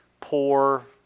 poor